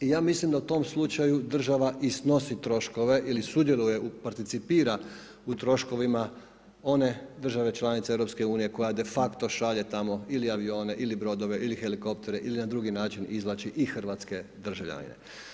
I ja mislim da u tom slučaju država i snosi troškove ili sudjeluje, participira u troškovima one države članice EU, koja de facto šalje tamo ili avione ili brodove ili helikoptere ili na drugi način izvlači i hrvatske državljanine.